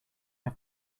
have